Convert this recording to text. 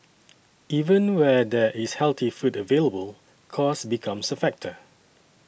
even where there is healthy food available cost becomes a factor